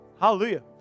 Hallelujah